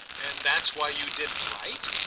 and that's why you didn't write?